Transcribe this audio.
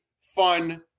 fun